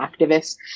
activists